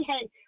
hey